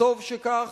וטוב שכך.